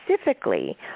specifically